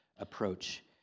Approach